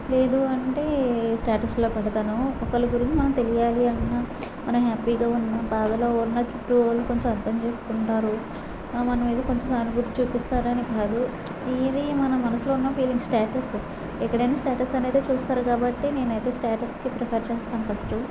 లేదు అంటే స్టేటస్ లో పెడతాను ఒకళ్ళ గురించి మనకి తెలియాలి అన్న మనం హ్యాపీ గా ఉన్న బాధలో ఉన్న చుట్టూ వాళ్లు కొంచెం అర్థం చేసుకుంటారు మన మీద కొంచెం సానుభూతి చూపిస్తారని కాదు ఇది మన మనసులో ఉన్న ఫీలింగ్ స్టేటస్ ఎక్కడైనా స్టేటస్ అనేది చూస్తారు కాబట్టి నేనైతే స్టేటస్ కి ప్రిఫర్ చేస్తా ఫస్ట్